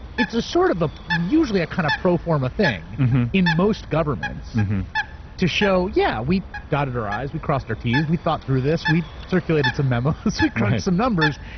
it's sort of a usually a kind of pro forma thing in most governments to show, yeah, we dotted our i's, we crossed our t's, we thought through this. we circulated some memos. we crunched some numbers.